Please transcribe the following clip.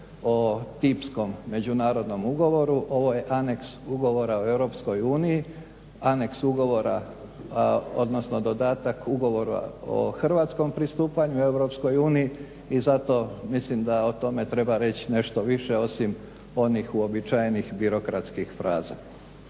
o tipskom međunarodnom ugovoru, ovo je aneks ugovora o EU, aneks ugovora odnosno dodatak ugovora o Hrvatskom pristupanju EU i zato mislim da o tome treba reć nešto više osim onih uobičajenih birokratskih fraza.